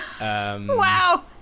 wow